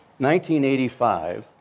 1985